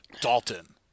Dalton